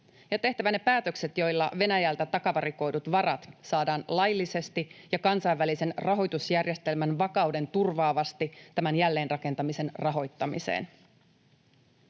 tehtävä ne päätökset, joilla Venäjältä takavarikoidut varat saadaan laillisesti ja kansainvälisen rahoitusjärjestelmän vakauden turvaavasti tämän jälleenrakentamisen rahoittamiseen.